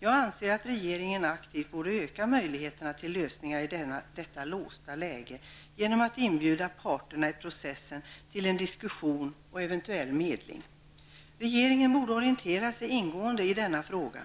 Jag anser att regeringen aktivt borde öka möjligheterna till lösningar i detta låsta läge genom att inbjuda parterna i processen till en diskussion och en eventuell medling. Regeringen borde orientera sig ingående i denna fråga.